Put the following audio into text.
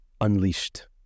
unleashed